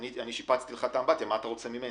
אני שיפצתי לך את האמבטיה, מה אתה רוצה ממני?